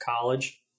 college